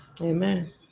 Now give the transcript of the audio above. Amen